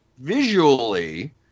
visually